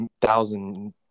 thousand